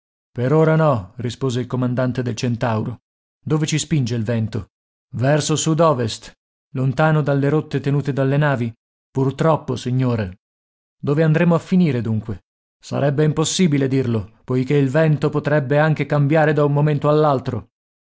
per ora no rispose il comandante del centauro dove ci spinge il vento verso sud ovest lontano dalle rotte tenute dalle navi purtroppo signore dove andremo a finire dunque sarebbe impossibile dirlo poiché il vento potrebbe anche cambiare da un momento